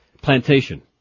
Plantation